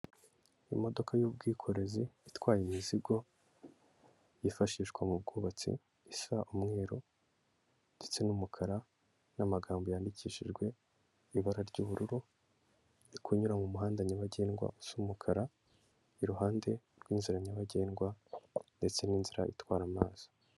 Imodoka y'ubwikorezi itwaye imizigo yifashishwa mu bwubatsi isa umweru ndetse n'umukara, n'amagambo yandikishijwe ibara ry'ubururu, iri kunyura mu muhanda nyabagendwa usa umukara, iruhande rw'inzira nyabagendwa ndetse n'inzira itwara amazi.